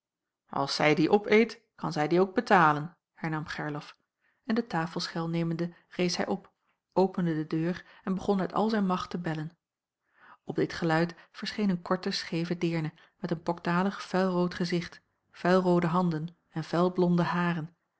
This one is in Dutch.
als zij die opeet kan zij die ook betalen hernam gerlof en de tafelschel nemende rees hij op opende de deur en begon uit al zijn macht te bellen op dit geluid verscheen een korte scheeve deerne met een pokdalig vuilrood gezicht vuilroode handen en vuilblonde haren